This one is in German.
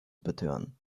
betören